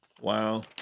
Wow